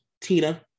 Tina